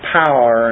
power